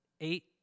Eight